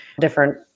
different